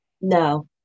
No